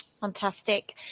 Fantastic